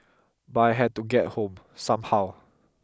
but I had to get home somehow